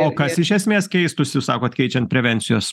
o kas iš esmės keistųsi sakot keičiant prevencijos